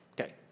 Okay